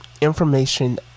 information